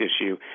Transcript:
issue